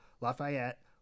Lafayette